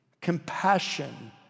compassion